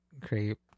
Crepe